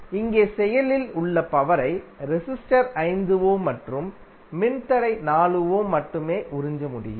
இங்கே செயலில் உள்ள பவரை ரெசிஸ்டர் 5 ஓம் மற்றும் மின்தடை 4 ஓம் மட்டுமே உறிஞ்ச முடியும்